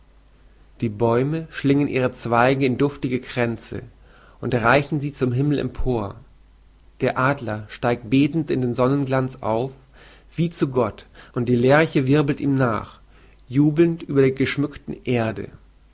die bäume schlingen ihre zweige in duftige kränze und reichen sie zum himmel empor der adler steigt betend in den sonnenglanz auf wie zu gott und die lerche wirbelt ihm nach jubelnd über der geschmückten erde